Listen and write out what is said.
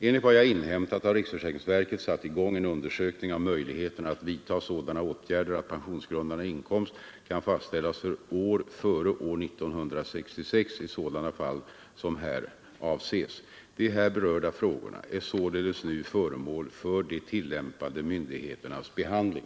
Enligt vad jag inhämtat har riksförsäkringsverket satt i gång en undersökning om möjligheterna att vidta sådana åtgärder att pensionsgrundande inkomst kan fastställas för år före 1966 i sådana fall som här avses. De här berörda frågorna är således nu föremål för de tillämpande myndigheternas behandling.